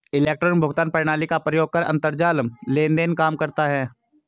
electronic भुगतान प्रणाली का प्रयोग कर अंतरजाल लेन देन काम करता है